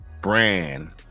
brand